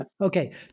Okay